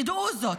תדעו זאת.